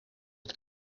het